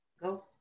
Go